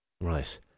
Right